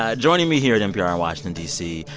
ah joining me here at npr in washington, d c,